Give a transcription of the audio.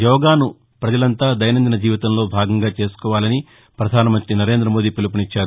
యోగాను ప్రజలంతా దైనందిన జీవితంలో భాగంగా చేసుకోవాలని ప్రధాన మంత్రి నరేంద్ర మోదీ పిలుపునిచ్చారు